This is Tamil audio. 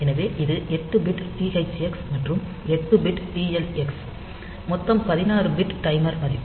எனவே இது 8 பிட் THX மற்றும் 8 பிட் TL x மொத்தம் 16 பிட் டைமர் மதிப்பு